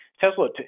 Tesla